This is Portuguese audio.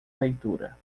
leitura